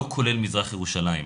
לא כולל מזרח ירושלים.